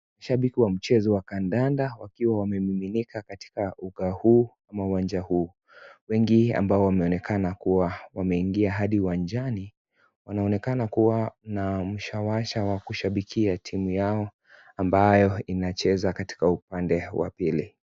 Shabiki wa mchezo wa kandanda wakiwa wamemiminika katika uga huu ama uwanja huu, wengi ambao wameonekana kuwa wamingia hadi uwanjani wanaonekana kuwa na mshawasha wa kushabikia timu yao ambayo inacheza katika upande wa pili.